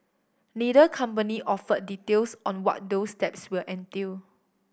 neither company offered details on what those steps will entail